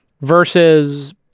versus